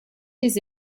his